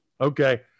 Okay